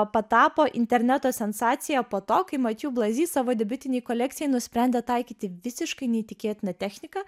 patapo interneto sensacija po to kai matju blazi savo debiutinei kolekcijai nusprendė taikyti visiškai neįtikėtiną techniką